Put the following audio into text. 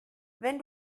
wenn